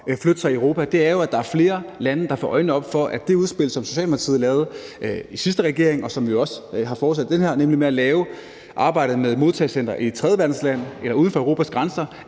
flytte sig i Europa, er, at der er flere lande, der får øjnene op for det udspil, som Socialdemokratiet lavede i sidste regering, og som vi jo også har fortsat i den her regering, med at arbejde med modtagecenter i et tredjeverdensland eller uden for Europas grænser,